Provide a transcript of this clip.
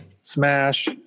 smash